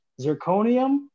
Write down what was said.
zirconium